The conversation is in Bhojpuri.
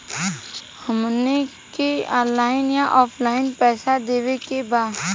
हमके ऑनलाइन या ऑफलाइन पैसा देवे के बा?